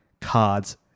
cards